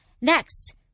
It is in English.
next